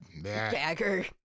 Bagger